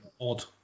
odd